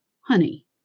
Honey